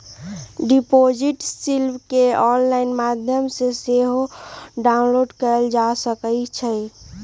deposit slip केंऑनलाइन माध्यम से सेहो डाउनलोड कएल जा सकइ छइ